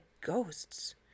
ghosts